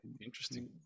interesting